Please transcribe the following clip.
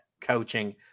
coaching